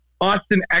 Austin